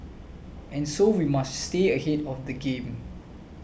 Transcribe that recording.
and so we must stay ahead of the game